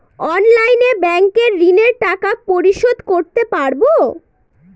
অনলাইনে ব্যাংকের ঋণের টাকা পরিশোধ করতে পারবো?